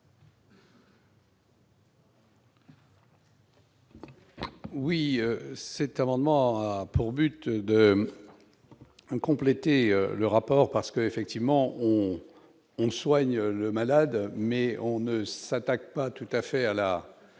Oui c'est amendement a pour but de compléter le rapport parce que effectivement on ne soigne le malade mais on ne s'attaque pas tout à fait à la